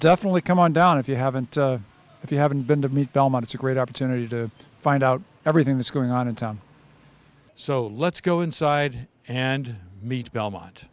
definitely come on down if you haven't if you haven't been to meet belmont it's a great opportunity to find out everything that's going on in town so let's go inside and meet belmont